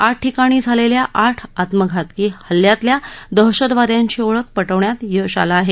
आठ ठिकाणी झालेल्या आठ आत्मघातकी हल्ल्यातल्या दहशतवाद्यांची ओळख पटवण्यात यश आलं आहे